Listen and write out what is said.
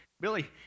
Billy